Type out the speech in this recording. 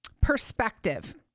Perspective